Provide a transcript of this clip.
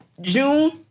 June